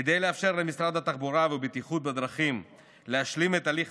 כדי לאפשר למשרד התחבורה והבטיחות בדרכים להשלים את הליך